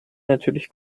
natürlich